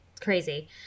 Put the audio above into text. crazy